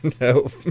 No